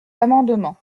amendement